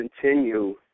continue